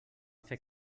fer